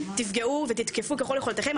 תפגעו ותתקפו ככל יכולתכם,